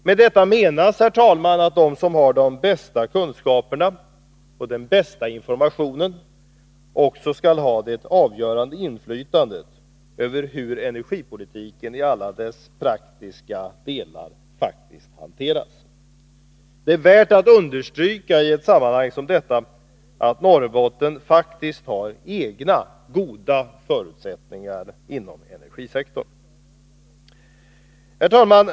Med detta menas, herr talman, att de som har de bästa kunskaperna och den bästa informationen också skall ha det avgörande inflytandet över hur energipolitiken i alla dess praktiska delar faktiskt hanteras. Det är värt att understryka i ett sammanhang som detta att Norrbotten faktiskt har egna goda förutsättningar inom energisektorn. Herr talman!